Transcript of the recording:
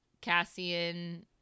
Cassian